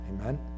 Amen